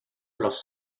los